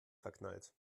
verknallt